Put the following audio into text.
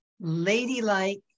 ladylike